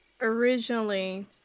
Originally